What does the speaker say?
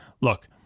look